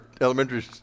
elementary